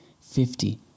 Fifty